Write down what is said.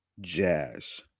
jazz